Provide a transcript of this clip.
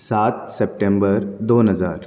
सात सप्टेंबर दोन हजार